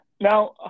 Now